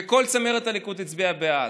וכל צמרת הליכוד הצביעה בעד.